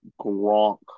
Gronk